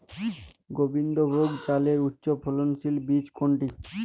গোবিন্দভোগ চালের উচ্চফলনশীল বীজ কোনটি?